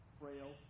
frail